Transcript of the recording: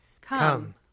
Come